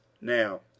Now